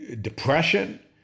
depression